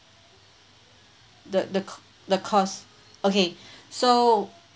the the c~ the course okay so